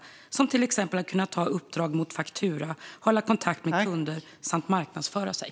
Det kan till exempel vara att ta uppdrag mot faktura, hålla kontakt med kunder samt marknadsföra sig.